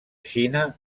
xina